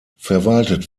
verwaltet